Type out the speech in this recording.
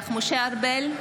משה ארבל,